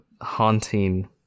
haunting